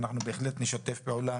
ואנחנו בהחלט נשתף פעולה